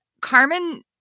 Carmen